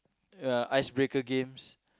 uh ice breaker games